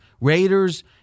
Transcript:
Raiders